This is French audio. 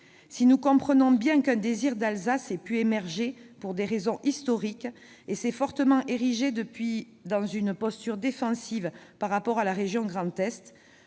Si nous comprenons bien qu'un « désir d'Alsace » ait pu émerger pour des raisons historiques et qu'il se soit érigé ensuite dans une posture défensive par rapport à la région Grand Est,